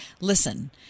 listen